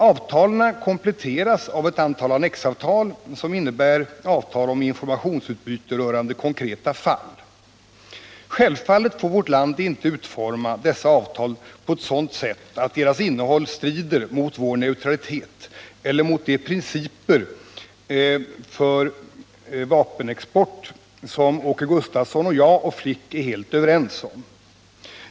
Avtalen kompletteras med ett antal annexavtal som innebär avtal om informationsutbyte rörande konkreta fall. Självfallet får vårt land inte utforma dessa avtal på ett sådant sätt att deras innehåll strider mot vår neutralitet eller mot de principer för vapenexport som Åke Gustavsson, jag och FLIK är helt överens om.